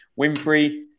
Winfrey